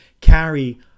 carry